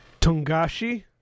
Tungashi